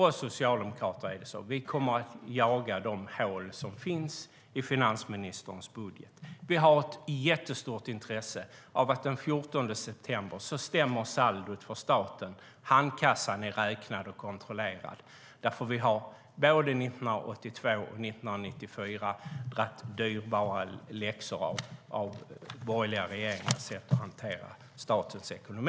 Vi socialdemokrater kommer att jaga de hål som finns i finansministerns budget. Vi har ett stort intresse av att statens saldo stämmer och att handkassan är räknad och kontrollerad den 14 september. Vi drog nämligen både 1982 och 1994 dyrbara lärdomar av borgerliga regeringars sätt att hantera statens ekonomi.